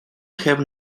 have